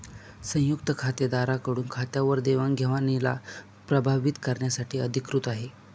संयुक्त खातेदारा कडून खात्यावर देवाणघेवणीला प्रभावीत करण्यासाठी अधिकृत आहे